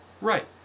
Right